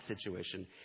situation